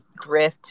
grift